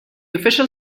official